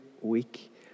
week